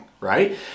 right